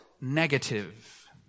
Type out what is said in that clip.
negative